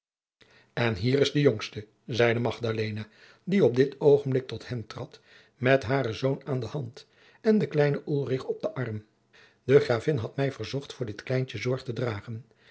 en hier is de jongste zeide magdalena die op dit oogenblik tot hen trad met haren zoon aan de hand en den kleinen ulrich op den arm de gravin had mij verzocht voor dit kleintje zorg te dragen